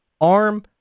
ARM